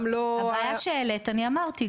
הבעיה שהעלית אני אמרתי,